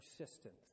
persistent